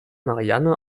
marianne